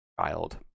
child